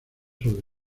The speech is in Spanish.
sobre